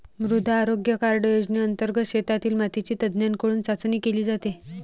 मृदा आरोग्य कार्ड योजनेंतर्गत शेतातील मातीची तज्ज्ञांकडून चाचणी केली जाते